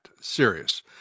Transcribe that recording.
serious